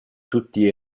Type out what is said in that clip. tutti